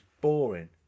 boring